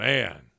Man